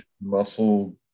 muscle